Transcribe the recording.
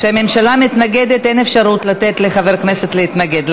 כשהממשלה מתנגדת אין אפשרות לתת לחבר כנסת להתנגד,